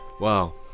wow